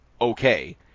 okay